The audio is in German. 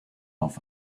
auf